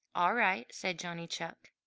all right, said johnny chuck,